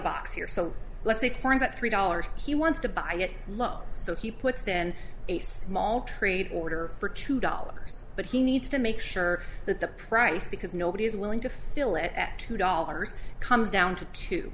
box here so let's take turns at three dollars he wants to buy it low so he puts then a small trade order for two dollars but he needs to make sure that the price because nobody is willing to fill it at the dollars comes down to two